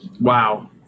Wow